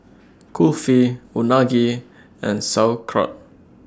Kulfi Unagi and Sauerkraut